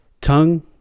tongue